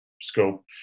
scope